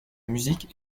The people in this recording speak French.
musique